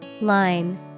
Line